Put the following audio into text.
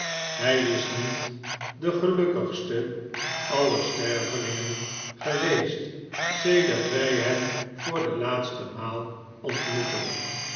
hij is niet de gelukkigste aller p tm p stervelingen geweest sedert wij hem voor de laatste maal ontmoetten